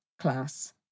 class